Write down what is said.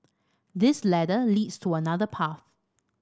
this ladder leads to another path